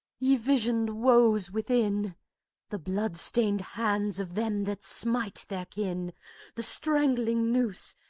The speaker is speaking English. ye visioned woes within the blood-stained hands of them that smite their kin the strangling noose,